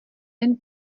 jen